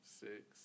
six